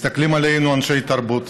מסתכלים עלינו אנשי תרבות,